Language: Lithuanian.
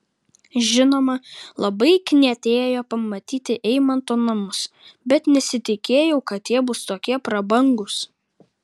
žinoma labai knietėjo pamatyti eimanto namus bet nesitikėjau kad jie bus tokie prabangūs